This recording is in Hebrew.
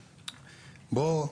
ברהום,